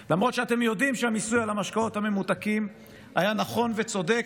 למרות שאתם יודעים שהמיסוי על המשקאות הממותקים היה נכון וצודק,